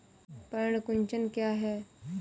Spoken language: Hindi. पर्ण कुंचन क्या है?